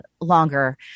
longer